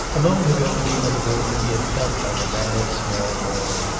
a moment ago, in the other room, he had felt like a bad small boy.